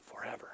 forever